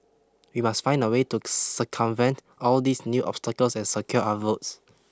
we must find a way to circumvent all these new obstacles and secure our votes